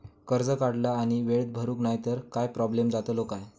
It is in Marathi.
कर्ज काढला आणि वेळेत भरुक नाय तर काय प्रोब्लेम जातलो काय?